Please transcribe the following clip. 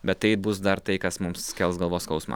bet tai bus dar tai kas mums kels galvos skausmą